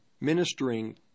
ministering